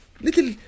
little